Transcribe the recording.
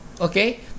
okay